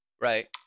right